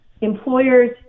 employers